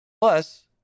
plus